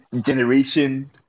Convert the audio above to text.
generation